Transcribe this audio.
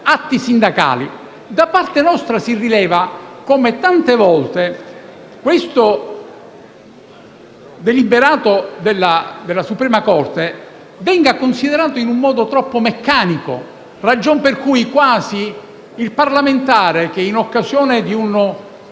atti sindacali. Da parte nostra si rileva come tante volte questo deliberato dalla Corte Costituzionale venga considerato in un modo troppo meccanico, ragion per cui il parlamentare che in occasione di un